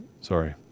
Sorry